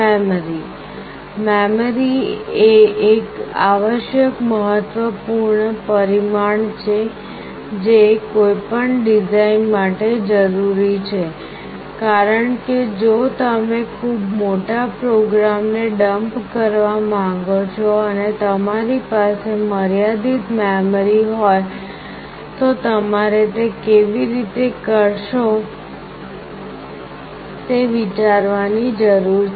memory memory એ એક આવશ્યક મહત્વપૂર્ણ પરિમાણ છે જે કોઈપણ ડિઝાઇન માટે જરૂરી છે કારણ કે જો તમે ખૂબ મોટા પ્રોગ્રામ ને ડમ્પ કરવા માંગો છો અને તમારી પાસે મર્યાદિત મેમરી હોય તો તમારે તે કેવી રીતે કરશો તે વિચારવાની જરૂર છે